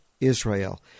israel